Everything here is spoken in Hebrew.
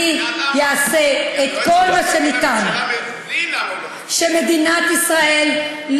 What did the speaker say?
ולא להביא